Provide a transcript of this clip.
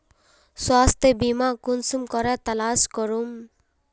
स्वास्थ्य बीमा कुंसम करे तलाश करूम?